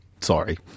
sorry